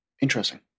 interesting